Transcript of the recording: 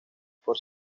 por